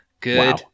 Good